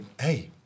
hey